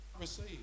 Receive